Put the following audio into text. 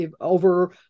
over